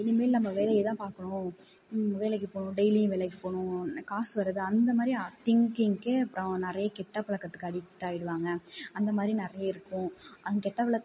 இனிமேல் நம்ம வேலையை தான் பார்க்கணும் வேலைக்கு போகணும் டெய்லியும் வேலைக்கு போகணும் காசு வருது அந்தமாதிரி திங்கிங்க அப்புறம் நிறைய கெட்டபழக்கத்துக்கு அடிக்ட் ஆகிடுவாங்க அந்தமாதிரி நிறையா இருக்கும் அந்த கெட்ட பழக்கத்துக்கு